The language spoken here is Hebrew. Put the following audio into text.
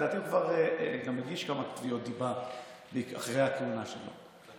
לדעתי הוא כבר הגיש כמה תביעות דיבה אחרי הכהונה שלו,